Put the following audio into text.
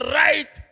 right